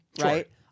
right